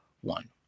one